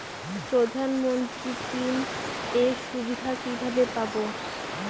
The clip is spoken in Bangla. প্রধানমন্ত্রী স্কীম এর সুবিধা কিভাবে পাবো?